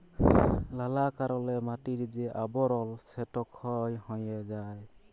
লালা কারলে মাটির যে আবরল সেট ক্ষয় হঁয়ে যায়